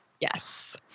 Yes